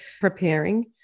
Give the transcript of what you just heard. preparing